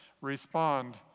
respond